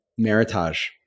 Meritage